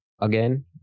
again